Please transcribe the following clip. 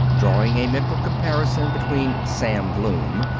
drawing a mental comparison between sam bloom,